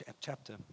chapter